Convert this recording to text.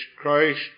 Christ